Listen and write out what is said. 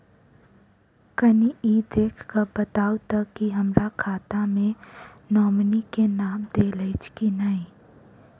कनि ई देख कऽ बताऊ तऽ की हमरा खाता मे नॉमनी केँ नाम देल अछि की नहि?